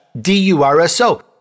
D-U-R-S-O